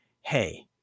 hey